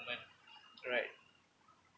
~ment right